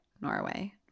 Norway